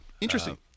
Interesting